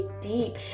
deep